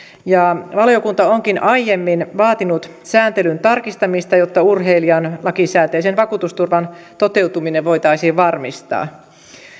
valiokunta onkin aiemmin vaatinut sääntelyn tarkistamista jotta urheilijan lakisääteisen vakuutusturvan toteutuminen voitaisiin varmistaa